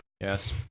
Yes